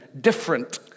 different